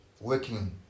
working